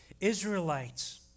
Israelites